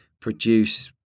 produce